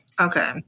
Okay